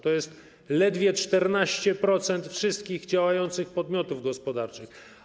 To jest ledwie 14% wszystkich działających podmiotów gospodarczych.